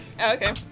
Okay